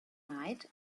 night